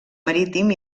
marítim